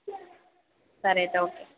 సరే అయితే ఓకే